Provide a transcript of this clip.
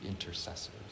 intercessors